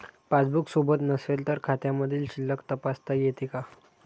Passbook सोबत नसेल तर खात्यामधील शिल्लक तपासता येते का?